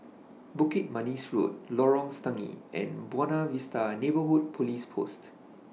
Bukit Manis Road Lorong Stangee and Buona Vista Neighbourhood Police Post